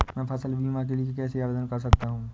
मैं फसल बीमा के लिए कैसे आवेदन कर सकता हूँ?